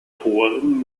toren